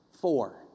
Four